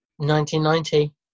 1990